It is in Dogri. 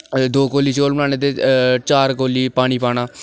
दो कोली चौल बनाने ते चार कोली पानी पाना